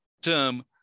term